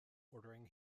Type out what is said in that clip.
ordering